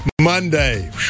Monday